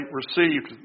received